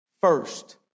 First